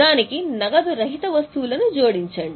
దానికి నగదు రహిత వస్తువులను జోడించండి